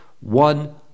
One